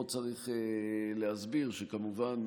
פה צריך להסביר שכמובן,